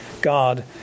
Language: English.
God